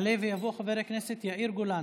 יעלה ויבוא חבר הכנסת יאיר גולן,